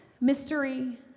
mystery